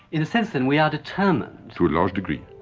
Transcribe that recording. in a sense then, we are determined? to a large degree.